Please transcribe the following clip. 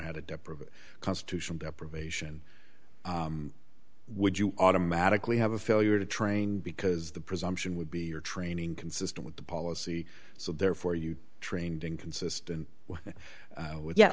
deprived constitutional deprivation would you automatically have a failure to train because the presumption would be you're training consistent with the policy so therefore you trained in consistent with ye